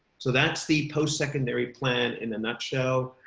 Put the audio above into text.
so that's the post secondary plan in a nutshell.